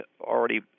already